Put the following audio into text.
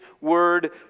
word